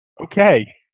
Okay